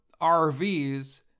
RVs